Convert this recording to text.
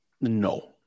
No